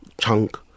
chunk